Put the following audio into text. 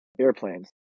airplanes